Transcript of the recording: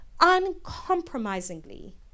uncompromisingly